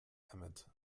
emmett